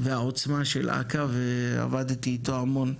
והעוצמה של אכ"א ועבדתי איתו המון.